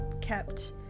kept